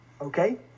okay